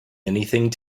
anything